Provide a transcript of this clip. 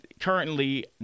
currently